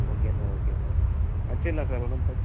okay sir okay sir வெச்சிடலாம் sir ஒன்றும் பிர